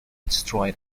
destroy